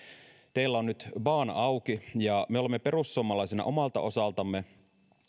teillä on nyt baana auki ja me olemme perussuomalaisina omalta osaltamme